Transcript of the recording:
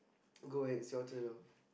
go ahead it's your turn now